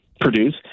produce